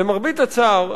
למרבה הצער,